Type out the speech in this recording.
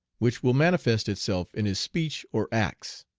which will manifest itself in his speech or acts.